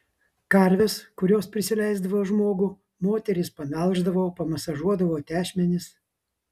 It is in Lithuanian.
karves kurios prisileisdavo žmogų moterys pamelždavo pamasažuodavo tešmenis